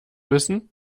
wissen